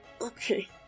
Okay